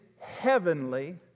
heavenly